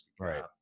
Right